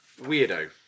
Weirdo